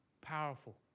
powerful